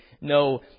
No